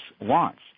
wants